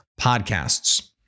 podcasts